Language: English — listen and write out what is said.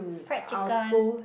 fried chicken